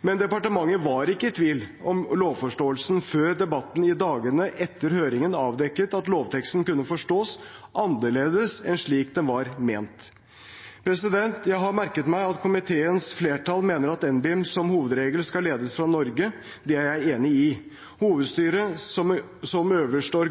men departementet var ikke i tvil om lovforståelsen før debatten i dagene etter høringen avdekket at lovteksten kunne forstås annerledes enn slik den var ment. Jeg har merket meg at komiteens flertall mener at NBIM som hovedregel skal ledes fra Norge. Det er jeg enig i. Hovedstyret som øverste